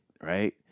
right